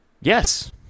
yes